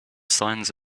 signs